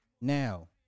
Now